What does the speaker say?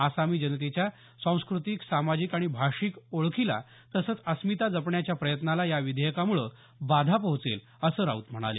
आसामी जनतेच्या सांस्कृतिक सामाजिक आणि भाषिक ओळखीला तसंच अस्मिता जपण्याच्या प्रयत्नाला या विधेयकामुळे बाधा पोहोचेल असं राऊत म्हणाले